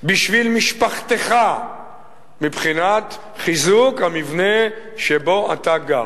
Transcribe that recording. בשביל משפחתך מבחינת חיזוק המבנה שבו אתה גר.